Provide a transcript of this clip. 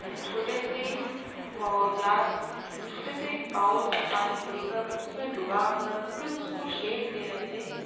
چھوٹے سی وہ گلاس چھوٹے سے ایک باؤل میں پانی لے کر اس میں ڈبا کر پھر اس کو شیڈ دے رہے تھے